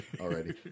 already